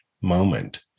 moment